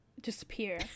disappear